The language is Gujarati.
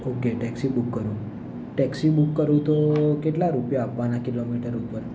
ઓકે ટેક્સી બુક કરું ટેક્સી બુક કરું તો કેટલા રૂપિયા આપવાના કિલોમીટર ઉપર